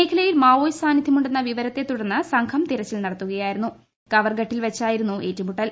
മേഖല്യിൽ Maoist സാന്നിദ്ധ്യമുണ്ടെന്ന വിവരത്തെ തുടർന്ന് സംഘം തെരച്ചിൽ നടത്തുകയായിരുന്ന കവർഗട്ടിൽ വെച്ചായിരുന്നു ഏറ്റുമുട്ടൽ